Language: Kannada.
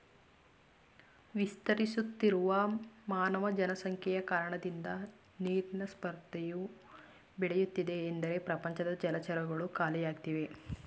ವಿಸ್ತರಿಸುತ್ತಿರುವ ಮಾನವ ಜನಸಂಖ್ಯೆಯ ಕಾರಣದಿಂದ ನೀರಿನ ಸ್ಪರ್ಧೆಯು ಬೆಳೆಯುತ್ತಿದೆ ಎಂದರೆ ಪ್ರಪಂಚದ ಜಲಚರಗಳು ಖಾಲಿಯಾಗ್ತಿವೆ